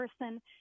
person